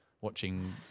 Watching